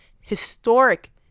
historic